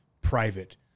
private